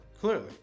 clearly